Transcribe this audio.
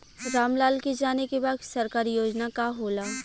राम लाल के जाने के बा की सरकारी योजना का होला?